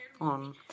on